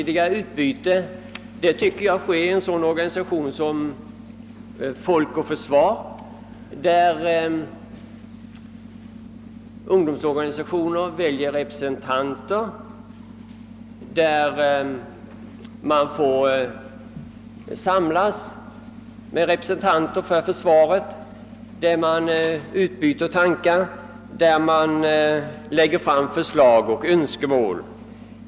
Detta tycker jag också sker då det gäller en sådan organisation som Folk och försvar där ungdomsorganisationer väljer representanter, där man får träffa representanter för försvaret och där man utbyter tankar och framlägger förslag och önskemål.